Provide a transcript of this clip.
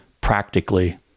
practically